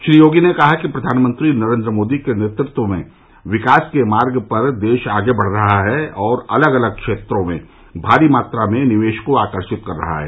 श्री योगी ने कहा कि प्रधानमंत्री नरेन्द्र मोदी के नेतृत्व में देश विकास के मार्ग पर आगे बढ़ रहा है और अलग अलग क्षेत्रों में भारी मात्रा में निवेश को आकर्षित कर रहा है